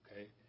Okay